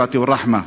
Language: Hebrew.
ולו לרגע אחד,